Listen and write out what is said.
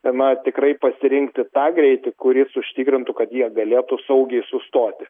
na tikrai pasirinkti tą greitį kuris užtikrintų kad jie galėtų saugiai sustoti